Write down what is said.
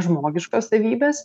žmogiškos savybės